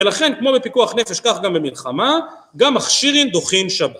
ולכן כמו בפיקוח נפש כך גם במלחמה, גם מכשירין דוחין שבת